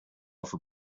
for